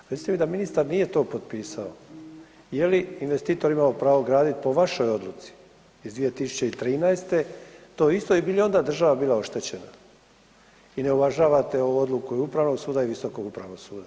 Mislite vi da ministar nije to potpisa, je li investitor imao pravo gradit po vašoj odluci iz 2013. to isto i bi li onda država bila oštećena i ne uvažavate ovu odluku i upravnog suda i visokog upravnog suda?